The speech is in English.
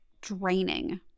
draining